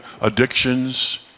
addictions